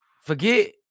forget